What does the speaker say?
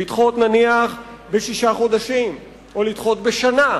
לדחות, נניח, בשישה חודשים או לדחות בשנה.